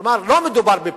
כלומר, לא מדובר בפליטים.